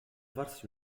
farsi